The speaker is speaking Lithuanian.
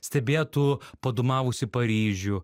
stebėtų padūmavusį paryžių